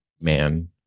man